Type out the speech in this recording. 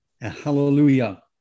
Hallelujah